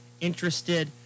interested